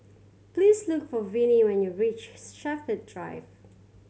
please look for Vinnie when you reach Shepherd Drive